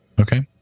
Okay